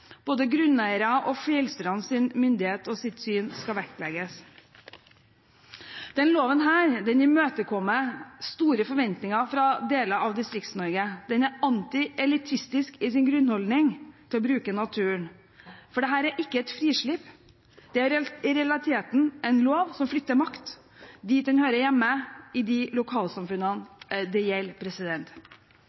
Både grunneieres og fjellstyrers myndighet og syn skal vektlegges. Denne loven imøtekommer store forventninger fra deler av Distrikts-Norge. Den er anti-elitistisk i sin grunnholdning til å bruke naturen. For dette er ikke et frislipp, det er i realiteten en lov som flytter makt dit hvor den hører hjemme – i de lokalsamfunnene det gjelder.